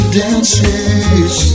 dances